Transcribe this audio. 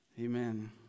Amen